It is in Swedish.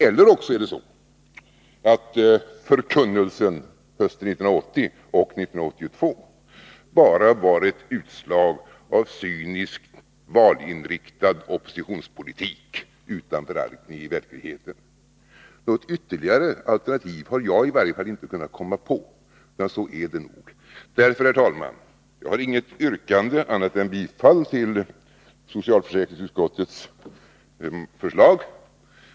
Eller också är det så att förkunnelsen hösten 1980 och 1982 bara var ett utslag av cynisk, valinriktad oppositionspolitik utan förankring i verkligheten. Något ytterligare alternativ har jag i varje fall inte kunnat komma på. Men så är det nog. Därför har jag, herr talman, inget annat yrkande än om bifall till socialförsäkringsutskottets förslag.